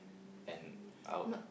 and our